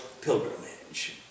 pilgrimage